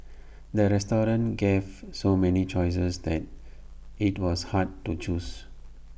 the restaurant gave so many choices that IT was hard to choose